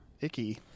icky